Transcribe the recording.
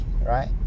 Right